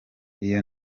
iyo